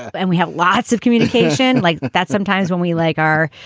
and we have lots of communication like that. sometimes when we like are,